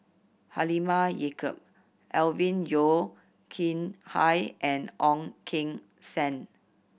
Halimah Yacob Alvin Yeo Khirn Hai and Ong Keng Sen